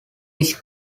his